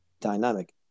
dynamic